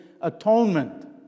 atonement